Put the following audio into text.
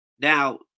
Now